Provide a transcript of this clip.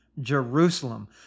Jerusalem